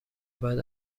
بعد